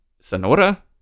Sonora